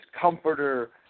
comforter